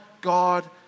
God